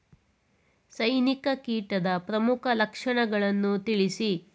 ಸೈನಿಕ ಕೀಟದ ಪ್ರಮುಖ ಲಕ್ಷಣಗಳನ್ನು ತಿಳಿಸಿ?